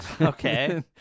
Okay